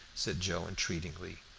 said joe, entreatingly.